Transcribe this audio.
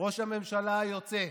ראש הממשלה היוצא,